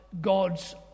God's